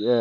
যে